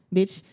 Bitch